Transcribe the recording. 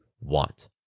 want